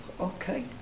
Okay